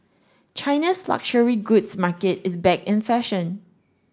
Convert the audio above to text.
China's luxury goods market is back in fashion